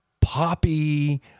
poppy